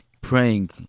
praying